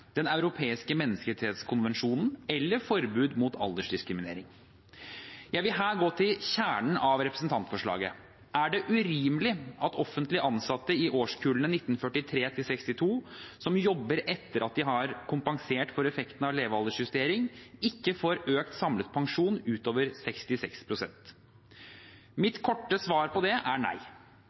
Den europeiske menneskerettskonvensjon eller forbud mot aldersdiskriminering. Jeg vil her gå til kjernen av representantforslaget. Er det urimelig at offentlig ansatte i årskullene 1943–1962 som jobber etter at de har kompensert for effekten av levealdersjustering, ikke får økt samlet pensjon utover 66 pst.? Mitt korte svar på det er nei.